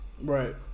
Right